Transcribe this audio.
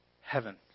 heaven